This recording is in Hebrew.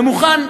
ומוכן,